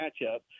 matchup